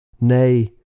Nay